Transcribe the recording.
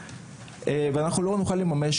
ואנחנו לא נוכל לממש.